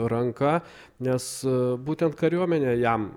ranka nes būtent kariuomenė jam